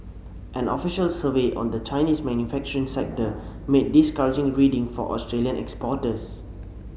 an official survey on the Chinese manufacturing sector made discouraging reading for Australian exporters